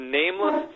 nameless